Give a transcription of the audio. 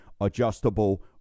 adjustable